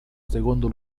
secondo